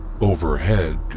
overhead